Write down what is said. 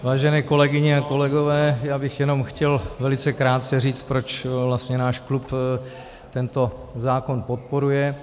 Vážené kolegyně a kolegové, já bych jenom chtěl velice krátce říct, proč vlastně náš klub tento zákon podporuje.